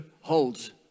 holds